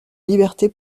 liberté